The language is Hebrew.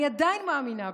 אני עדיין מאמינה בזה,